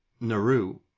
Naru